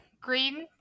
green